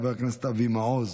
חבר הכנסת אבי מעוז,